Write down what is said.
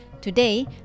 Today